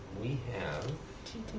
we have